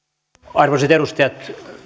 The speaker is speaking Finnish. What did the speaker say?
arvoisat edustajat